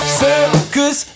circus